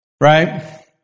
right